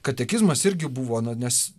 katekizmas irgi buvo na nes